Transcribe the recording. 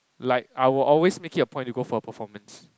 like I will always make it a point to go for a performance